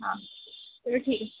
हां चलो ठीक ऐ